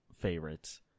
favorites